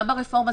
גם ברפורמה,